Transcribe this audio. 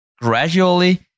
gradually